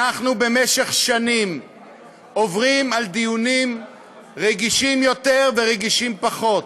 במשך שנים אנחנו עוברים על דיונים רגישים יותר ורגישים פחות.